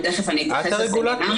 ותכף אני אתייחס לסמינרים.